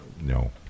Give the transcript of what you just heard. No